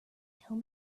tell